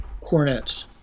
cornets